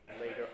later